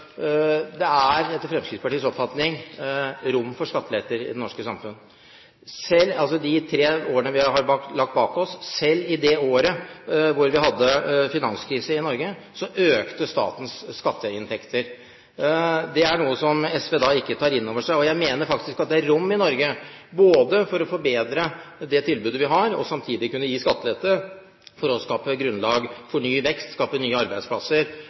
etter Fremskrittspartiets oppfatning rom for skattelettelser i det norske samfunn. I de tre årene vi har lagt bak oss, selv i det året vi hadde finanskrise i Norge, økte statens skatteinntekter. Det er noe som SV ikke tar inn over seg. Jeg mener faktisk at det er rom i Norge både for å forbedre det tilbudet vi har, og samtidig å kunne gi skattelette for å skape grunnlag for ny vekst, skape nye arbeidsplasser